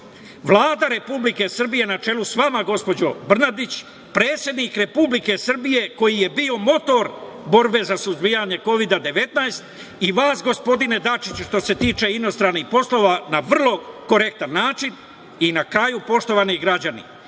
Vlada Republike Srbije na čelu sa vama, gospođo Brnabić, predsednik Republike Srbije koji je bio motor borbe za suzbijanje Kovida 19 i vas, gospodine Dačiću, što se tiče inostranih poslova, na vrlo korektan način.I na kraju, poštovani građani,